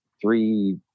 three